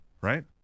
right